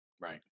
Right